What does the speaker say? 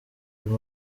uyu